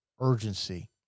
urgency